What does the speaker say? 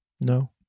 No